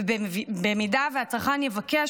ואם הצרכן יבקש,